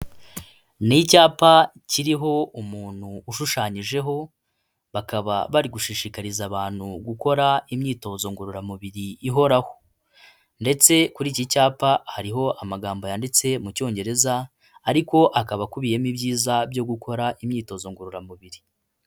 Ni icyapa kiriho umuntu ushushanyijeho, bakaba bari gushishikariza abantu gukora imyitozo ngororamubiri ihoraho. Ndetse kuri iki cyapa hariho amagambo yanditse mu Cyongereza, ariko akaba akubiyemo ibyiza byo gukora imyitozo ngororamubiri.